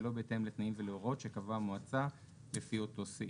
שלא בהתאם לתנאים ולהוראות שקבעה המועצה לפי אותו סעיף".